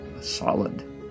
solid